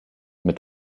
mit